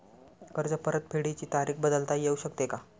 कर्ज परतफेडीची तारीख बदलता येऊ शकते का?